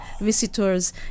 visitors